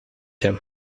him